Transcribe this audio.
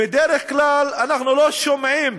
בדרך כלל, אנחנו לא שומעים